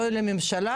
לא ממשלה,